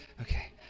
Okay